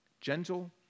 Gentle